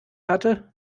hatte